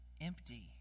empty